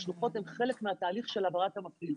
השלוחות הן חלק מהתהליך של העברת המחליף.